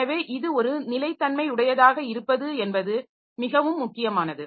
எனவே இது ஒரு நிலைத்தன்மையுடையதாக இருப்பது என்பது மிகவும் முக்கியமானது